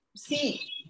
See